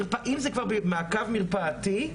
אם זה מעקב מרפאתי,